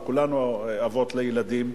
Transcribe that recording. וכולנו אבות לילדים,